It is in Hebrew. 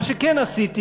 מה שכן עשיתי,